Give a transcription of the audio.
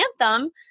anthem